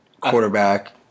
quarterback